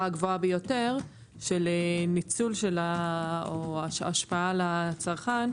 הגבוהה ביותר של ניצול או ההשפעה על הצרכן.